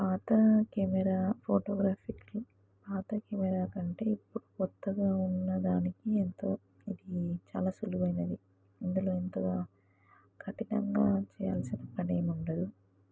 పాత camera photographic పాత camera కంటే ఇప్పుడు కొత్తగా ఉన్నదానికి ఎంతో ఇది చాలా సులువైనది ఇందులో ఎంతగా కఠినంగా చేయాల్సిన పని ఏమి ఉండదు